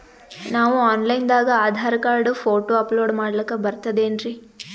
ನಾವು online ದಾಗ Aadhaar card, photo upload ಮಾಡ್ಲಕ ಬರ್ತದೇನ್ರಿ?